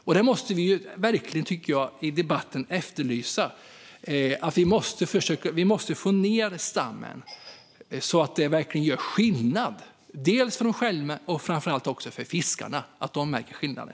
Vi måste i debatten verkligen efterlysa att vi får ned stammen så att det verkligen gör skillnad, för sälarna själva men framför allt för att fiskarna ska märka skillnaden.